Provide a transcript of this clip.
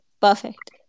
perfect